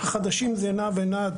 חדשים זה נע ונד.